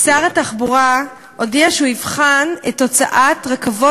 שר התחבורה הודיע שהוא יבחן את הוצאת רכבות